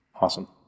Awesome